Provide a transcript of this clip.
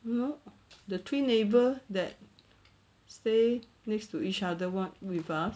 you know the three neighbour that stay next to each other one width ah